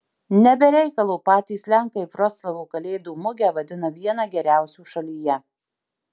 ne be reikalo patys lenkai vroclavo kalėdų mugę vadina viena geriausių šalyje